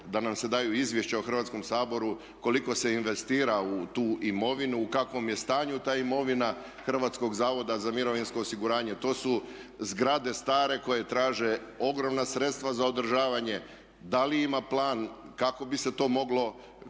da nam se daju izvješća o Hrvatskom saboru koliko se investira u tu imovinu, u kakvom je stanju ta mirovina HZMO-a. Jer to su zgrade stare koje traže ogromna sredstva za održavanje, da li ima plan, kako bi se to moglo